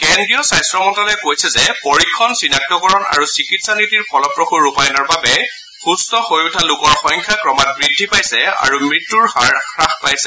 কেন্দ্ৰীয় স্বাস্থ্য মন্তালয়ে কৈছে যে পৰীক্ষণ চিনাক্তকৰণ আৰু চিকিৎসা নীতিৰ ফলপ্ৰসূ ৰূপায়ণৰ বাবে সুম্থ হৈ উঠা লোকৰ সংখ্যা ক্ৰমাৎ বৃদ্ধি পাইছে আৰু মৃত্যুৰ হাৰ হ্ৰাস পাইছে